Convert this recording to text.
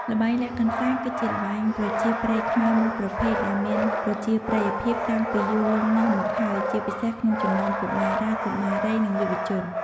ល្បែងលាក់កន្សែង គឺជាល្បែងប្រជាប្រិយខ្មែរមួយប្រភេទ ដែលមានប្រជាប្រិយភាពតាំងពីយូរលង់ណាស់មកហើយ ជាពិសេសក្នុងចំណោមកុមារា កុមារី និងយុវជន។